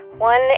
One